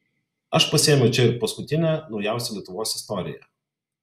aš pasiėmiau čia ir paskutinę naujausią lietuvos istoriją